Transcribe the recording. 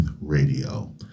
Radio